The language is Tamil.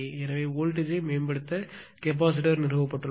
எனவே வோல்டேஜ் யை மேம்படுத்த கெப்பாசிட்டர் நிறுவப்பட்டுள்ளது